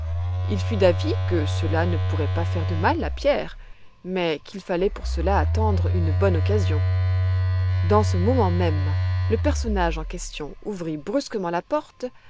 il fut d'avis que cela ne pourrait pas faire de mal à pierre mais qu'il fallait pour cela attendre une bonne occasion dans ce moment même le personnage en question ouvrit brusquement la porte